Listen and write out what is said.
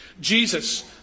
Jesus